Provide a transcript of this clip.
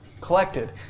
collected